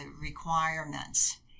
requirements